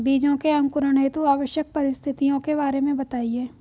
बीजों के अंकुरण हेतु आवश्यक परिस्थितियों के बारे में बताइए